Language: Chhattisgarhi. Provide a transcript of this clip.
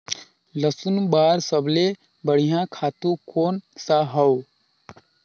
लसुन बार सबले बढ़िया खातु कोन सा हो?